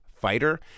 fighter